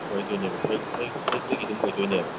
ꯑꯣꯏꯗꯣꯏꯅꯦꯕ ꯑꯌꯨꯛꯇꯒꯤ ꯑꯗꯨꯝ ꯑꯣꯏꯗꯣꯏꯅꯦꯕ